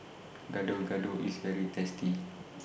Gado Gado IS very tasty